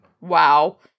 wow